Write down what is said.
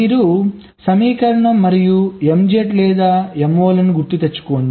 మీరు సమీకరణం మరియు MZ లేదా MO లను గుర్తుకు తెచ్చుకోండి